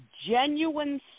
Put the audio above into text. genuine